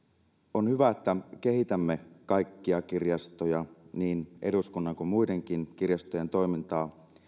on hyvä että kehitämme kaikkia kirjastoja niin eduskunnan kuin muidenkin kirjastojen toimintaa